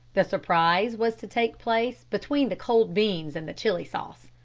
the surprise was to take place between the cold beans and the chili sauce.